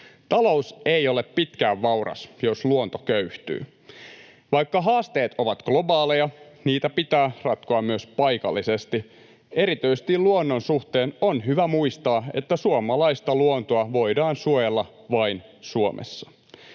Talous ei ole pitkään vauras, jos luonto köyhtyy. Vaikka haasteet ovat globaaleja, niitä pitää ratkoa myös paikallisesti. Erityisesti luonnon suhteen on hyvä muistaa, että suomalaista luontoa voidaan suojella vain Suomessa.